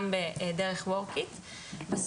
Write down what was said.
גם דרך 'WORKIT'.,